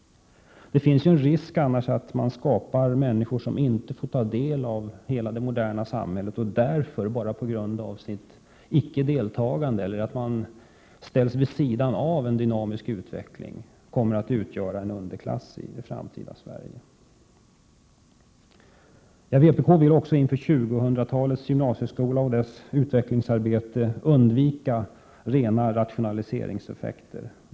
Det finns en risk för att människor inte får ta del av hela det moderna samhället. På grund av att vissa människor ställs vid sidan av en dynamisk utveckling kan de komma att bilda en underklass i det framtida Sverige. Vpk vill också inför 2000-talets gymnasieskola och dess utvecklingsarbete undvika rena rationaliseringseffekter.